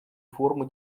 формы